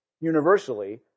universally